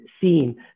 seen